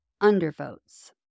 Undervotes